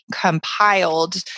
compiled